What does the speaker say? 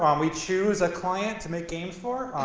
um we choose a client to make games for.